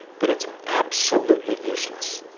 but it's absolutely useless.